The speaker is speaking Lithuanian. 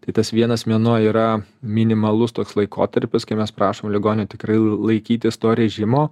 tai tas vienas mėnuo yra minimalus toks laikotarpis kai mes prašom ligonio tikrai laikytis to režimo